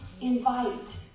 invite